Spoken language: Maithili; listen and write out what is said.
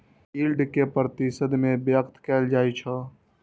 यील्ड कें प्रतिशत मे व्यक्त कैल जाइ छै